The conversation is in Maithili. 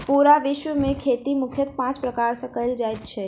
पूरा विश्व मे खेती मुख्यतः पाँच प्रकार सॅ कयल जाइत छै